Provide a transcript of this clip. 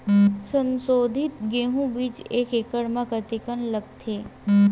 संसोधित गेहूं बीज एक एकड़ म कतेकन लगथे?